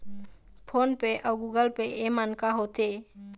Phone पे अउ Google Pay येमन का होते?